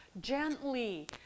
gently